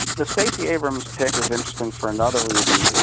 the stacey abrams pick is interesting for another reason.